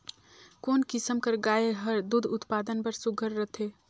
कोन किसम कर गाय हर दूध उत्पादन बर सुघ्घर रथे?